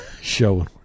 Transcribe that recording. show